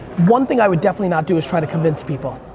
one thing i would definitely not do is try to convince people.